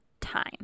time